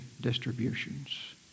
Distributions